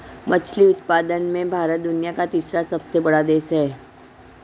मछली उत्पादन में भारत दुनिया का तीसरा सबसे बड़ा देश है